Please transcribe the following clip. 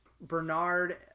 Bernard